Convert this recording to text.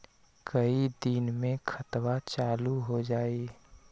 कई दिन मे खतबा चालु हो जाई?